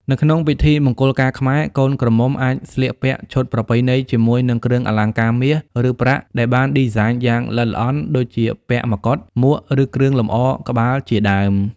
នៅក្នុងពិធីមង្គលការខ្មែរ កូនក្រមុំអាចស្លៀកពាក់ឈុតប្រពៃណីជាមួយនឹងគ្រឿងអលង្ការមាស ឬ ប្រាក់ដែលបានឌីហ្សាញយ៉ាងល្អិតល្អន់ ដូចជាពាក់មកុដ មួក ឬ គ្រឿងលម្អក្បាលជាដើម។